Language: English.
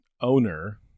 owner